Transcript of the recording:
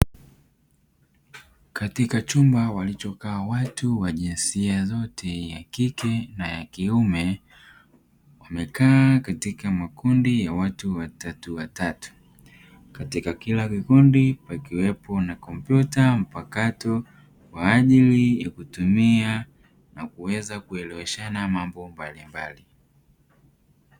Katika chumba walichokaa watu wa jinsia zote ya kike na ya kiume, wamekaa katika makundi ya watu watatuwatau, katika kila kikundi pakiwepo na kompyuta mpakato kwa ajili ya kutumia na kuweza kueleweshana mambo mbalimbali.